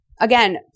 again